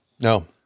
No